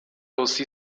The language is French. aussi